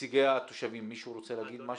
נציגי התושבים, מישהו רוצה להגיד משהו?